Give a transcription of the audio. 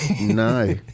No